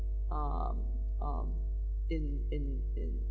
um um in in in